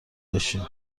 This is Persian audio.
بشین